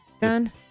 done